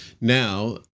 Now